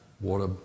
water